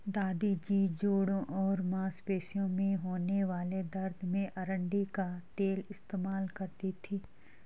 दादी जी जोड़ों और मांसपेशियों में होने वाले दर्द में अरंडी का तेल इस्तेमाल करती थीं